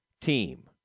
team